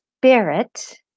spirit